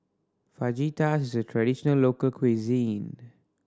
fajitas is a traditional local cuisine